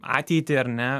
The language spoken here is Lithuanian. ateitį ar ne